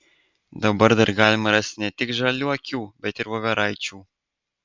dabar dar galima rasti ne tik žaliuokių bet ir voveraičių